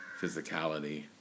physicality